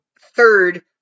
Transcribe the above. third